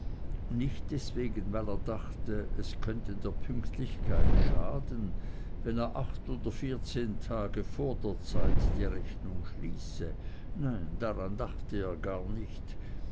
nicht deswegen weil er dachte es könnte der pünktlichkeit schaden wenn er acht oder vierzehn tage vor der zeit die rechnung schließe nein daran dachte er gar nicht